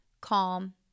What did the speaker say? calm